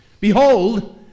Behold